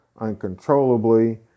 uncontrollably